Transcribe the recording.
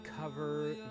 cover